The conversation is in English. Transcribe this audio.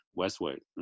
westward